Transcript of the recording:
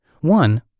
One